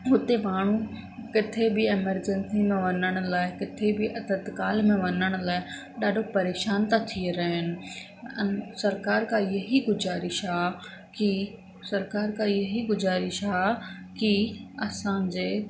हुते माण्हू किथे बि एमरजंसी में वञण लाइ किथे बि तत्काल में वञण लाइ ॾाढो परेशान था थी रहनि सरकार खां यही गुज़ारिश आहे की सरकार खां यही गुज़ारिश आहे की असांजे